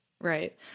Right